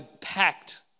packed